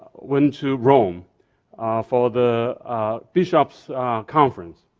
went to rome for the bishop's conference,